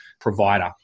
provider